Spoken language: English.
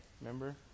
remember